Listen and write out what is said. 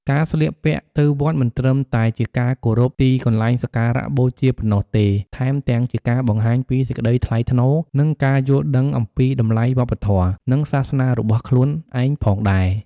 ការស្លៀកពាក់ទៅវត្តមិនត្រឹមតែជាការគោរពទីកន្លែងសក្ការបូជាប៉ុណ្ណោះទេ ថែមទាំងជាការបង្ហាញពីសេចក្តីថ្លៃថ្នូរ និងការយល់ដឹងអំពីតម្លៃវប្បធម៌ និងសាសនារបស់ខ្លួនឯងផងដែរ។